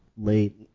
late